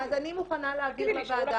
תגידי לי --- אני מוכנה להעביר לוועדה,